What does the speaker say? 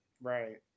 right